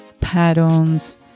patterns